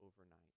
overnight